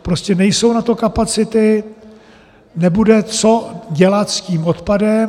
Prostě nejsou na to kapacity, nebude co dělat s tím odpadem.